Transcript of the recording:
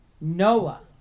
Noah